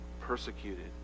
Persecuted